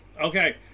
okay